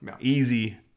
Easy